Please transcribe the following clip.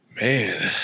Man